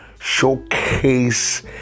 showcase